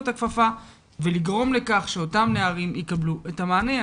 הכפפה ולגרום לכך שאותם נערים יקבלו את המענה.